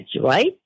right